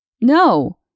No